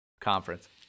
conference